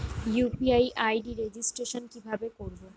UPI ID registration কিভাবে করব?